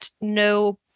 no